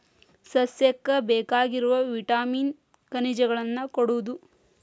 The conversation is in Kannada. ಸಸ್ಯಕ್ಕ ಬೇಕಾಗಿರು ವಿಟಾಮಿನ್ ಖನಿಜಗಳನ್ನ ಕೊಡುದು